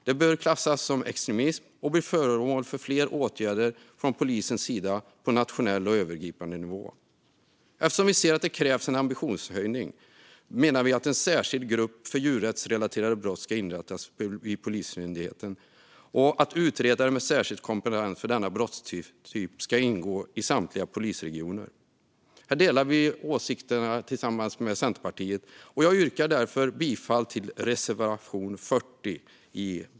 Det bör klassas som extremism och bli föremål för fler åtgärder från polisens sida på nationell och övergripande nivå. Eftersom vi ser att det krävs en ambitionshöjning menar vi att en särskild grupp för djurrättsrelaterade brott ska inrättas vid Polismyndigheten och att utredare med särskild kompetens för denna brottstyp ska ingå i samtliga polisregioner. Här delar vi åsikterna tillsammans med Centerpartiet. Jag yrkar därför bifall till reservation 40.